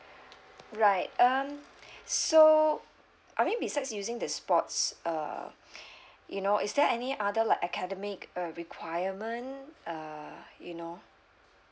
right um so I mean besides using the sports uh you know is there any other like academic uh requirement uh you know